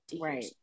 right